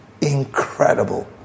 incredible